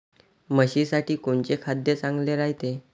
म्हशीसाठी कोनचे खाद्य चांगलं रायते?